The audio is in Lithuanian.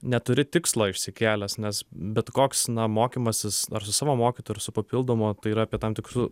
neturi tikslo išsikėlęs nes bet koks na mokymasis ar su savo mokytoju ar su papildomu tai yra apie tam tikrų